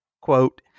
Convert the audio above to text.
Quote